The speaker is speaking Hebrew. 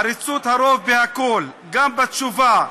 עריצות הרוב בכול, גם בתשובה.